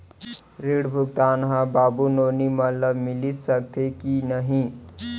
ऋण भुगतान ह बाबू नोनी मन ला मिलिस सकथे की नहीं?